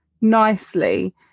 nicely